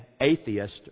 atheist